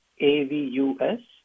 AVUS